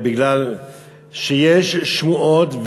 מפני שיש שמועות,